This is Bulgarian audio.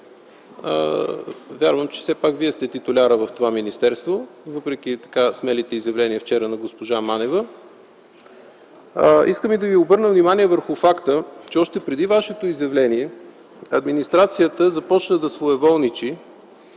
вярвам, че все пак Вие сте титуляра в това министерство, въпреки смелите изявления на госпожа Манева. Искам и да ви обърна внимание върху факта, че още преди Вашето изявление администрацията започна да своеволничи